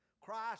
Christ